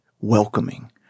welcoming